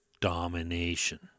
domination